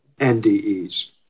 NDEs